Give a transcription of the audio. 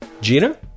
Gina